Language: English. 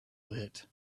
lit